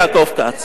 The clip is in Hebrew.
יעקב כץ.